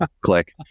click